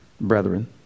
brethren